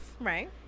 right